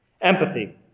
Empathy